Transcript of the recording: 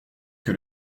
que